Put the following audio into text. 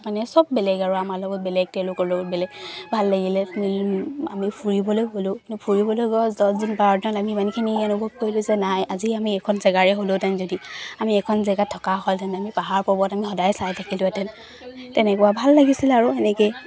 মানে চব বেলেগ আৰু আমাৰ লগত বেলেগ তেওঁলোকৰ লগত বেলেগ ভাল লাগিলে আমি ফুৰিবলৈ গ'লো কিন্তু ফুৰিবলৈ গৈ দছ দিন বাৰদিন আমি ইমানখিনি অনুভৱ কৰিলো যে নাই আজি আমি এখন জেগাৰে হ'লোহেঁতেন যদি আমি এখন জেগাত থকা হ'লেহেঁতেন আমি পাহাৰ পৰ্বত আমি সদায় চাই থাকিলোহেঁতেন তেনেকুৱা ভাল লাগিছিলে আৰু এনেকেই